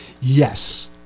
Yes